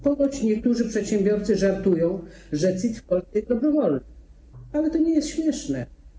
Ponoć niektórzy przedsiębiorcy żartują, że CIT w Polsce jest dobrowolny, ale to nie jest śmieszne.